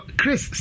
Chris